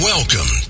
Welcome